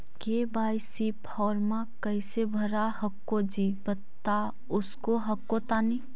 KYC फॉर्मा कैसे भरा हको जी बता उसको हको तानी?